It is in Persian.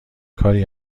کاری